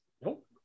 Nope